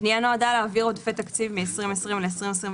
הפנייה נועדה להעביר עודפי תקציב מ-2020 ל-2021.